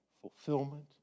fulfillment